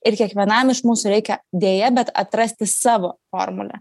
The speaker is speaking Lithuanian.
ir kiekvienam iš mūsų reikia deja bet atrasti savo formulę